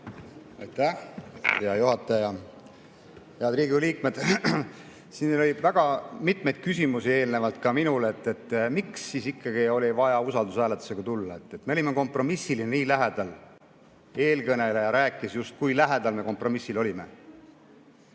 Aitäh, hea juhataja! Head Riigikogu liikmed! Siin oli väga mitmeid küsimusi eelnevalt ka minul, et miks siis ikkagi oli vaja usaldushääletusega tulla. Me olime kompromissile nii lähedal. Eelkõneleja rääkis just, kui lähedal me kompromissile olime.